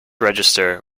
register